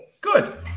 Good